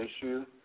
issue